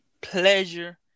pleasure